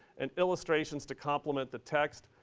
and illustrations to complement the text.